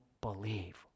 believe